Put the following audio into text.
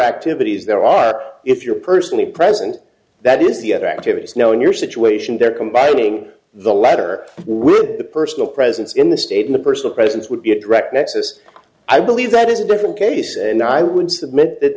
activities there are if you're personally present that is the other activities knowing your situation there combining the latter with the personal presence in the state in a personal presence would be a direct nexus i believe that is a different case and i would submit that